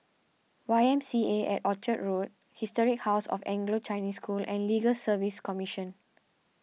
Y M C A at Orchard Historic House of Anglo Chinese School and Legal Service Commission